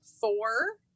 four